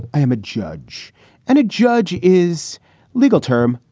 i am a judge and a judge is legal term.